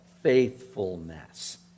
faithfulness